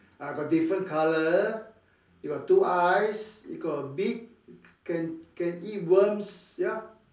ah got different color it got two eyes it got a beak can can eat worms ya